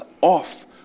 off